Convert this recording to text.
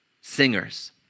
singers